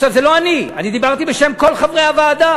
זה לא אני, אני דיברתי בשם כל חברי הוועדה.